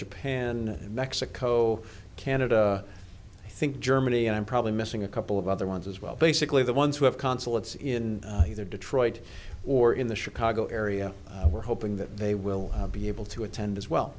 japan mexico canada i think germany i'm probably missing a couple of other ones as well basically the ones who have consulates in either detroit or in the chicago area we're hoping that they will be able to attend as well